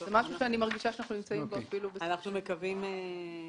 אני רוצה להודות לך,